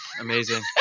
Amazing